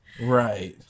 Right